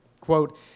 Quote